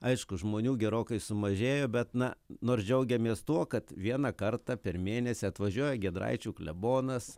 aišku žmonių gerokai sumažėjo bet na nors džiaugiamės tuo kad vieną kartą per mėnesį atvažiuoja giedraičių klebonas